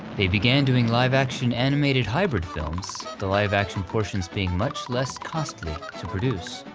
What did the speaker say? they began doing live-action, animated hybrid films, the live action portions being much less costly to produce.